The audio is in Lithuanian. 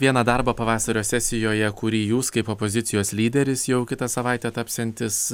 vieną darbą pavasario sesijoje kurį jūs kaip opozicijos lyderis jau kitą savaitę tapsiantis